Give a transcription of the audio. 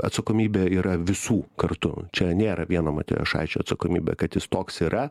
atsakomybė yra visų kartu čia nėra vieno matijošaičio atsakomybė kad jis toks yra